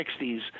60s